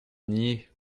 nier